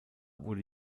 wurde